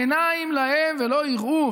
עיניים להם ולא יראו,